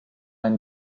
ein